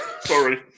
sorry